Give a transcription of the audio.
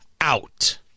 out